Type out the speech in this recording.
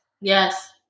Yes